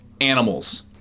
animals